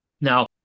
Now